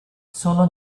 sono